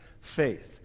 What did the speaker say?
faith